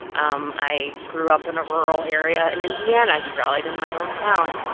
um i grew up in a rural area in indiana. he rallied in my hometown.